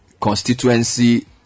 constituency